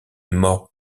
mort